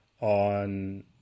on